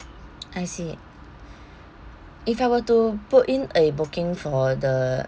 I see if I were to put in a booking for the